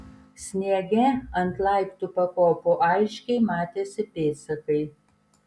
sniege ant laiptų pakopų aiškiai matėsi pėdsakai